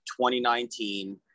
2019